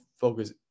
focus